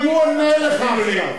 הוא עונה לך עכשיו.